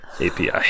API